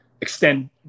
extend